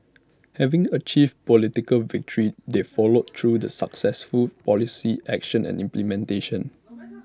having achieved political victory they followed through the successful policy action and implementation